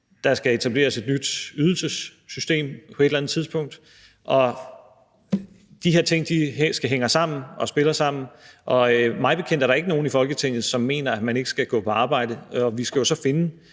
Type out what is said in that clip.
Der skal etableres et nyt ydelsessystem på et eller andet tidspunkt. De her ting hænger sammen og spiller sammen, og mig bekendt er der ikke nogen i Folketinget, som mener, at man ikke skal gå på arbejde. Vi skal jo så finde